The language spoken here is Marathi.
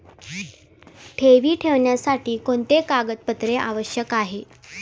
ठेवी ठेवण्यासाठी कोणते कागदपत्रे आवश्यक आहे?